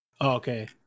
Okay